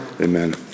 Amen